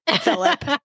Philip